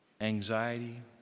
Anxiety